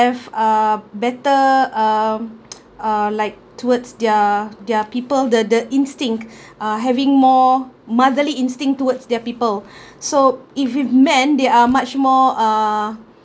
have uh better uh uh like towards their their people the the instinct uh having more motherly instinct towards their people so if with man they are much more uh